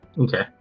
Okay